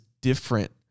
different